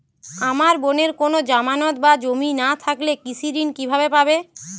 আমার বোনের কোন জামানত বা জমি না থাকলে কৃষি ঋণ কিভাবে পাবে?